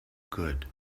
good